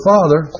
Father